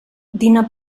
dina